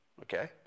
okay